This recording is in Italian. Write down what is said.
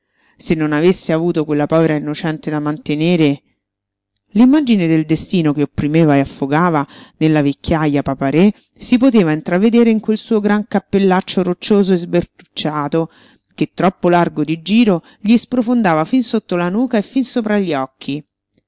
se non avesse avuto quella povera innocente da mantenere l'immagine del destino che opprimeva e affogava nella vecchiaja papa-re si poteva intravedere in quel suo gran cappellaccio roccioso e sbertucciato che troppo largo di giro gli sprofondava fin sotto la nuca e fin sopra gli occhi